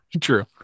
True